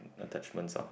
attachments ah